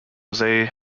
jose